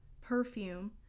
perfume